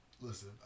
Listen